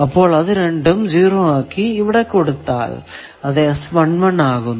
അപ്പോൾ അത് രണ്ടും 0 ആക്കി ഇവിടെ കൊടുത്താൽ അത് ആകുന്നു